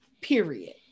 Period